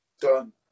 Done